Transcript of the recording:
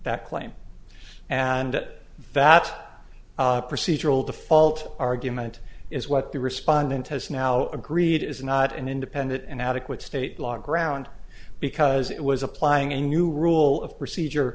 that claim and that procedural default argument is what the respondent has now agreed is not an independent and adequate state law ground because it was applying a new rule of procedure